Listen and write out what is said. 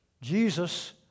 Jesus